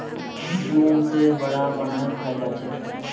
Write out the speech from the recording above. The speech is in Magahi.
मूंग से वड़ा बनएयों खाल जाछेक